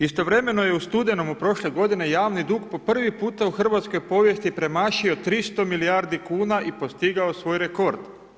Istovremeno je u studenom prošle godine javni dug po prvi put u hrvatskoj povijesti premašio 300 milijardi kuna i postigao svoj rekord.